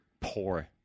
poor